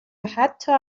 حتا